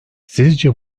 sizce